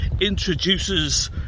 introduces